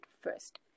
first